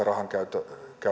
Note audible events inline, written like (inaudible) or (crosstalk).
(unintelligible) rahankäytön